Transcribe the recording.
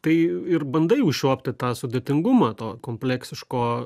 tai ir bandai užčiuopti tą sudėtingumą to kompleksiško